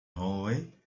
hallway